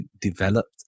developed